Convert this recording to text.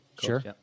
Sure